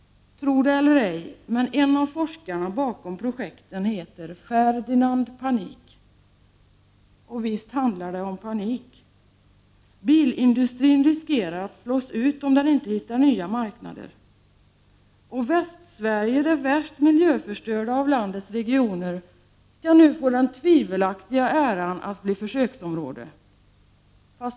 Tro det eller ej, men en av forskarna bakom projekten heter Ferdinand Panik. Och visst handlar det om panik. Bilindustrin riskerar att slås ut om den inte hittar nya marknader. Västsverige, det värst miljöförstörda av landets regioner, skall nu få den tvivelaktiga äran att bli försöksområde.